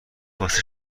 واسه